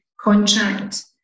contract